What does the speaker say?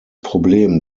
problem